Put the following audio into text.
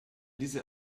diese